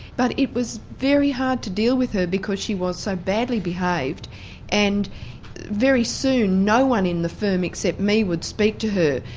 but it was very hard to deal with her because she was so badly behaved and very soon no-one in the firm, except me, would speak to her.